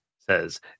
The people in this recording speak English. says